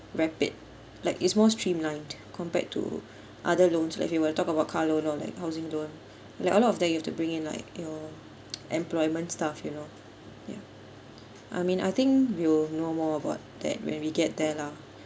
rapid like it's more streamlined compared to other loans like if you want to talk about car loan or like housing loan like all of that you have to bring in like your employment stuff you know ya I mean I think we'll know more about that when we get there lah